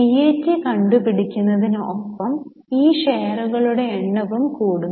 PAT കണ്ടുപിടിക്കുന്നതിനു ഒപ്പം ഈ ഷെയറുകളുടെ എണ്ണവും കൂട്ടുന്നു